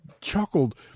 chuckled